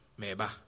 meba